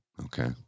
Okay